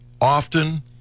often